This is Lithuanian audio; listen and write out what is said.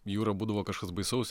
jūra būdavo kažkas baisaus